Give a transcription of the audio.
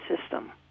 system